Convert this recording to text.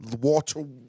water